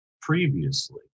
previously